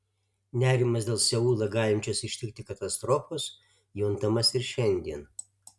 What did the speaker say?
nerimas dėl seulą galinčios ištikti katastrofos juntamas ir šiandien